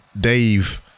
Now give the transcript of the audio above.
Dave